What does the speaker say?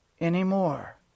anymore